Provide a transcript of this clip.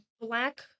black